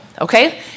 okay